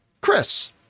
Chris